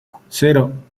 cero